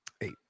Eight